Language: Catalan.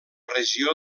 regió